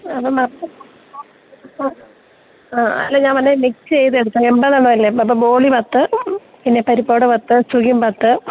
ആ അല്ല ഞാൻ പറഞ്ഞത് മിക്സ് ചെയ്തെടുക്ക് എണ്പതെണ്ണമല്ലേ ബോളി പത്ത് പിന്നെ പരിപ്പുവട പത്ത് സുഖിയൻ പത്ത്